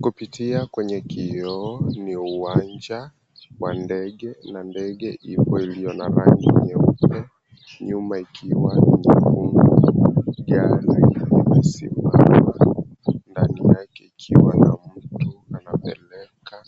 Kupitia kwenye kioo ni uwanja wa ndege na ndege ipo iliyo na rangi nyeupe, nyuma ikiwa nyekundu. Gari limesimama, ndani yake ikiwa na mtu anapeleka